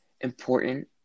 important